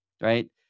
Right